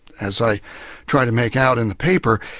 as i try to make out in the paper,